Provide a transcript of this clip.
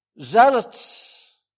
zealots